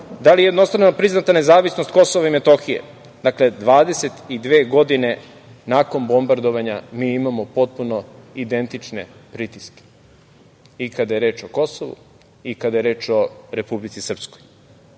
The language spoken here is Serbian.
Da li je jednostrano priznata nezavisnost Kosova i Metohije? Dakle, 22 godine nakon bombardovanja mi imao potpuno identične pritiske i kada je reč o Kosovu i kada je reč o Republici Srpskoj. Dakle,